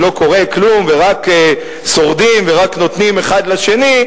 שלא קורה כלום ורק שורדים ורק נותנים אחד לשני,